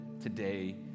today